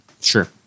Sure